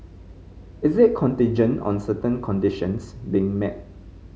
is it contingent on certain conditions being met